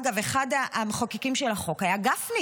דרך אגב, אחד המחוקקים של החוק היה גפני,